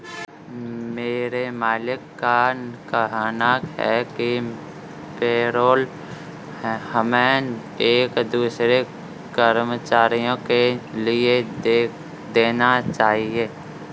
मेरे मालिक का कहना है कि पेरोल हमें एक दूसरे कर्मचारियों के लिए देना चाहिए